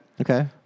Okay